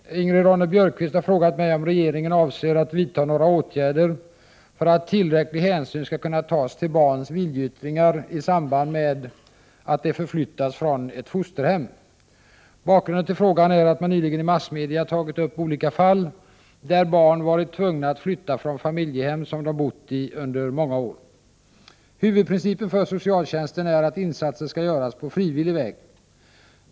Herr talman! Ingrid Ronne-Björkqvist har frågat mig om regeringen avser att vidta några åtgärder för att tillräcklig hänsyn skall kunna tas till barns viljeyttringar i samband med att de förflyttas från ett fosterhem. Bakgrunden till frågan är att man nyligen i massmedia tagit upp olika fall där barn varit tvungna att flytta från familjehem som de bott i under många år. Huvudprincipen för socialtjänsten är att insatser skall göras på frivillig väg.